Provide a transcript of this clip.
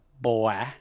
boy